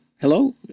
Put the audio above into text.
hello